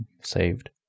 saved